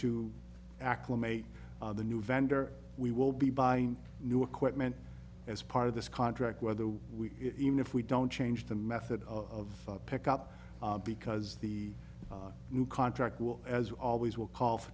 to acclimate the new vendor we will be buying new equipment as part of this contract whether we even if we don't change the method of pick up because the new contract will as always will call for